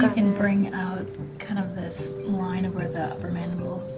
you can bring out kind of this line of where the upper mandible.